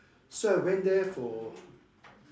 so I went there for